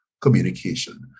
communication